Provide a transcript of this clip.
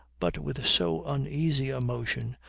but with so uneasy a motion,